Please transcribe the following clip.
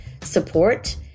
support